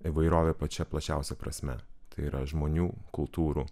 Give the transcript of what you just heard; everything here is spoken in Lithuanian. įvairovė pačia plačiausia prasme tai yra žmonių kultūrų